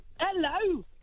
Hello